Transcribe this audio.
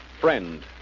friend